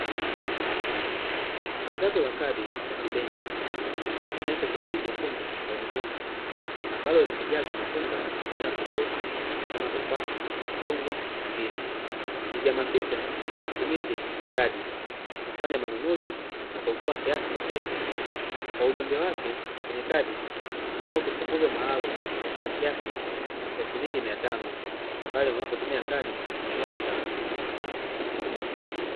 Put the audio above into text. Tangazo la kadi ya kibenki likionyesha toroli jekundu la ununuzi, ambalo limejazwa matunda ya aina tofauti kama: tufaha, machungwa na ndizi, likihamasisha matumizi ya kadi kufanya manunuzi na kuokoa kiasi cha pesa , kwa ujumbe wake kwenye kadi unahusu punguzo maalumu la kiasi cha shilingi mia tano pale unapotumia kadi kununua bidhaa.